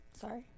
sorry